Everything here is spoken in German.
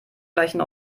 gleichen